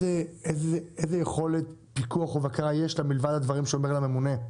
איזו יכולת פיקוח או בקרה יש לה מלבד הדברים של המנהל הממונה?